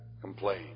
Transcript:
complain